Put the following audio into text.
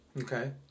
Okay